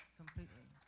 completely